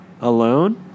alone